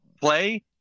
play